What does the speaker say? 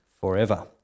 forever